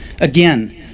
Again